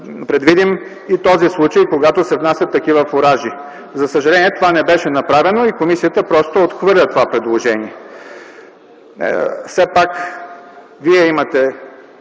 предвидим и случаи, когато се внасят такива фуражи. За съжаление това не беше направено и комисията просто отхвърля това предложение. Все пак вие имате